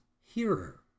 hearer